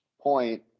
point